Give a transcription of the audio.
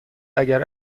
اگر